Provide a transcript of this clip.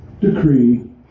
decree